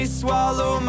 swallow